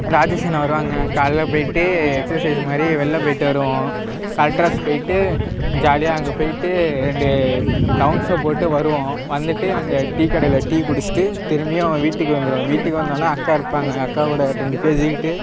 ராஜேஷ் அண்ணா வருவாங்க காலையில் போயிட்டு எக்ஸசைஸ் மாதிரி வெளில போயிட்டு வருவோம் கலெக்டராஃபிஸ் போயிட்டு ஜாலியாக அங்கே போயிட்டு ரெண்டு ரவுண்ட்ஸை போட்டு வருவோம் வந்துவிட்டு அங்கே டீ கடையில் டீ குடிச்சுட்டு திரும்பியும் அவங்க வீட்டுக்கு வந்துருவேன் வீட்டுக்கு வந்தோடன அக்கா இருப்பாங்க அக்கா கூட கொஞ்சம் பேசிக்கிட்டு